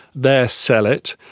there sell it,